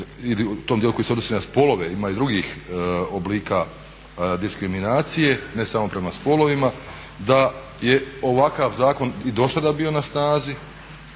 u tom dijelu koji se odnosi na spolove, ima i drugih oblika diskriminacije ne samo prema spolovima, da je ovakav zakon i dosada bio na snazi